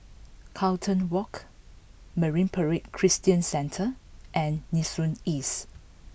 Carlton Walk Marine Parade Christian Centre and Nee Soon East